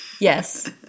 Yes